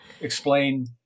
explain